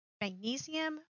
Magnesium